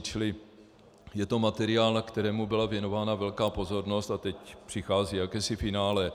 Čili je to materiál, kterému byla věnována velká pozornost, a teď přichází jakési finále.